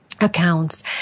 accounts